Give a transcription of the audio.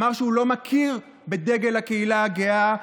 אמר שהוא לא מכיר בדגל הקהילה הגאה,